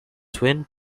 twin